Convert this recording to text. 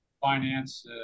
finance